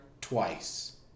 twice